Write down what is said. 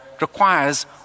requires